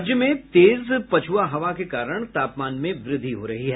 राज्य में तेज पछुआ हवा के कारण तापमान में वृद्धि हो रही है